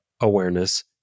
awareness